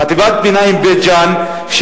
חטיבת ביניים בית-ג'ן,